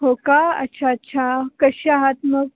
हो का अच्छा अच्छा कसे आहात मग